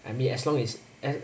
I mean as long as